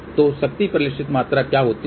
तो शक्ति परिलक्षित क्या होती है